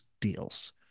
deals